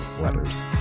letters